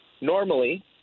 Normally